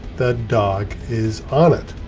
that dog is on it.